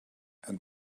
and